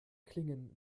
klingen